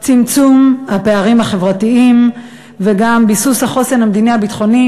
צמצום הפערים החברתיים וגם ביסוס החוסן המדיני הביטחוני,